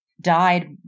died